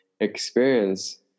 experience